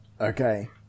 Okay